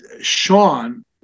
Sean